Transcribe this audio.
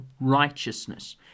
righteousness